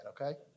okay